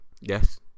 Yes